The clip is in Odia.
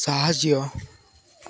ସାହାଯ୍ୟ